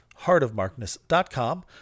heartofmarkness.com